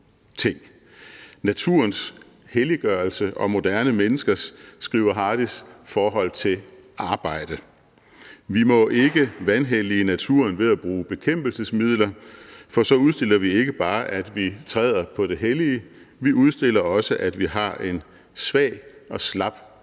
naturens helliggørelse og moderne menneskers forhold til arbejde. Vi må ikke vanhellige naturen ved at bruge bekæmpelsesmidler, for så udstiller vi ikke bare, at vi træder på det hellige; vi udstiller også, at vi har en svag og slap arbejdsmoral.